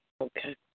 Okay